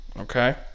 Okay